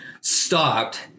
stopped